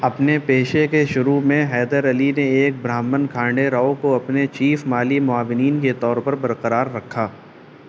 اپنے پیشہ کے شروع میں حیدرعلی نے ایک برہمن کھانڈے راؤ کو اپنے چیف مالی معاونین کے طور پر برقرار رکھا